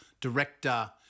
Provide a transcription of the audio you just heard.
director